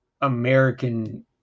American